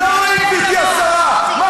רואים שזה לא עובד, תפסיק לבלבל את המוח.